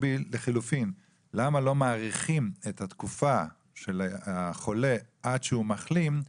לחילופין: למה לא מאריכים את התקופה של החולה עד שהוא מחלים,